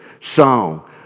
song